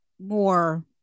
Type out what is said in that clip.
more